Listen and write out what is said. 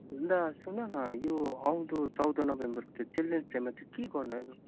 ल सुन न यो आउँदो चौध नोभेम्बरको त्यो चिल्ड्रेन डेमा चाहिँ के गर्ने